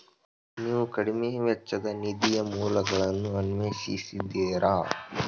ನೀವು ಕಡಿಮೆ ವೆಚ್ಚದ ನಿಧಿಯ ಮೂಲಗಳನ್ನು ಅನ್ವೇಷಿಸಿದ್ದೀರಾ?